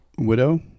Widow